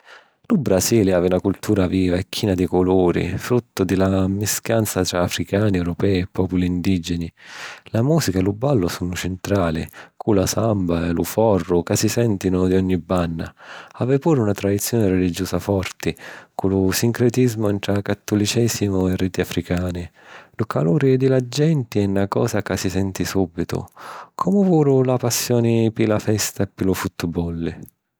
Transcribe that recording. Lu Brasili havi na cultura viva e china di culuri, fruttu di la mmiscata ntra africani, europèi e pòpuli indìgeni. La mùsica e lu ballu sunnu centrali, cu lu samba e lu forró ca si sèntinu di ogni banna. Havi puru na tradizioni religiusa forti, cu lu sincretismu ntra cattolicèsimu e riti africani. Lu caluri di la genti è na cosa ca si senti sùbitu, comu puru la passioni pi la festa e pi lu futtibolli.